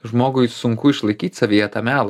žmogui sunku išlaikyt savyje tą melą